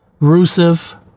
Rusev